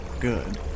Good